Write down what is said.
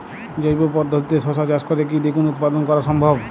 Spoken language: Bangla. জৈব পদ্ধতিতে শশা চাষ করে কি দ্বিগুণ উৎপাদন করা সম্ভব?